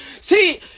See